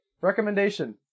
recommendation